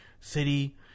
city